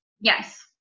Yes